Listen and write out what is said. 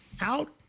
out